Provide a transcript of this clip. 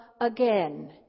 again